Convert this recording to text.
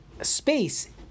space